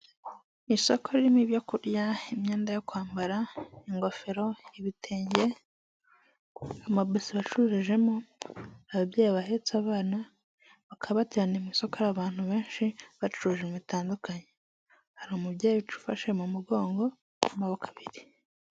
Isoko ririmo ibyo kurya, imyenda yo kwambara, ingofero, ibitenge, amabiswi wacurujemo, ababyeyi bahetse abana bakaba bateraniye mu isoko ari abantu benshi bacuruje ibintu bitandukanye, hari umubyeyi ufashe mu mugongo n'amoboko abiri.